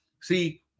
See